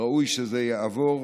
ראוי שזה יעבור